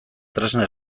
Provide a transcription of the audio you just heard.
tresna